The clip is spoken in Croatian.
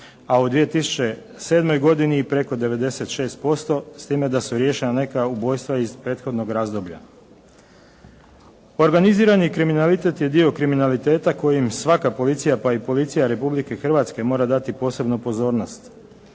a u 2007. godini i preko 96% s time da su riješena neka ubojstva iz prethodnog razdoblja. Organizirani kriminalitet je dio kriminaliteta kojim svaka policija pa i policija Republike Hrvatske mora dati posebnu pozornost.